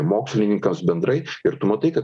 mokslininkams bendrai ir tu matai kad